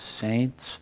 saints